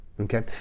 Okay